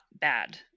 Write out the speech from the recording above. bad